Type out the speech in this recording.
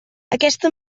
aquesta